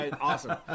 Awesome